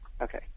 Okay